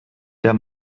der